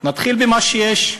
נתחיל במה שיש.